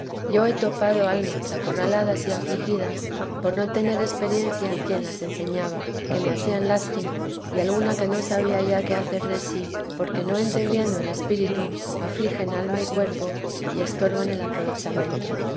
yo he topado almas acorraladas y afligidas por no tener experiencia quien las enseñaba que me hacían lástima y alguna que no sabía ya qué hacer de sí porque no entendiendo el espíritu afligen alma y cuerpo y estorban e aprovechamiento